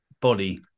body